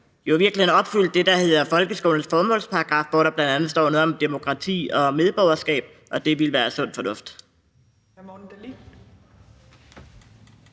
jo i virkeligheden opfyldt det, der hedder folkeskolens formålsparagraf, hvor der bl.a. står noget om demokrati og medborgerskab, og det ville være sund fornuft.